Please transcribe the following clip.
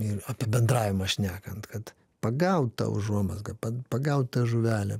ir apie bendravimą šnekant kad pagaut tą užuomazgą pagaut tą žuvelę